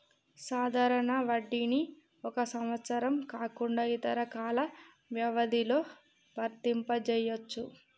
సాధారణ వడ్డీని ఒక సంవత్సరం కాకుండా ఇతర కాల వ్యవధిలో వర్తింపజెయ్యొచ్చు